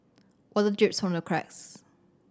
water drips from the cracks